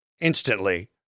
instantly